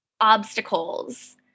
obstacles